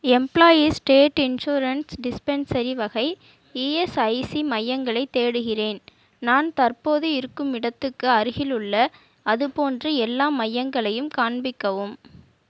employees state insurance dispensary வகை ESIC மையங்களைத் தேடுகிறேன் நான் தற்போது இருக்கும் இடத்துக்கு அருகிலுள்ள அது போன்ற எல்லா மையங்களையும் காண்பிக்கவும்